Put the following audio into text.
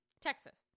texas